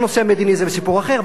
בנושא המדיני זה סיפור אחר.